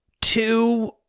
two